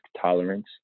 tolerance